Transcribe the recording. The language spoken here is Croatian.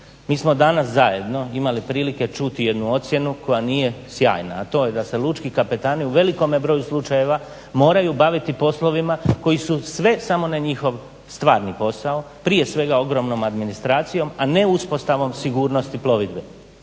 Mi smo danas zajedno imali prilike čuti jednu ocjenu koja nije sjajna, a to je da se lučki kapetani u velikom broju slučajeva moraju baviti poslovima koji su sve samo ne njihov stvarni posao, prije svega ogromnom administracijom, a ne uspostavom sigurnosti plovidbe